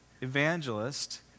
evangelist